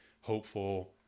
hopeful